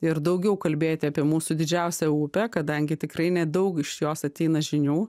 ir daugiau kalbėti apie mūsų didžiausią upę kadangi tikrai nedaug iš jos ateina žinių